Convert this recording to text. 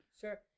Sure